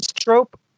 trope